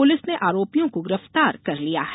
police ने आरोपियों को गिरफ्तार कर लिया है